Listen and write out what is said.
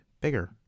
bigger